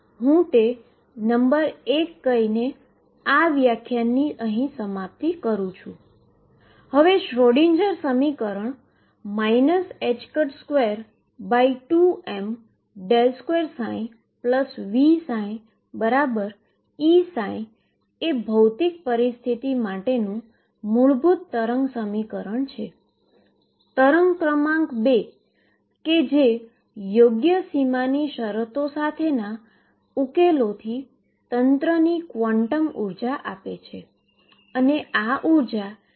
હાલ પુરતું આપણને હવે એક શ્રોડિંજર સમીકરણ તરીકે ઓળખવામાં આવતું મૂળભૂત સમીકરણ મળ્યું છે જે એવા કેસોમાં સમાન જવાબો આપે છે જે આપણે અન્ય સિદ્ધાંતો તરીકે ઉકેલી લીધા છે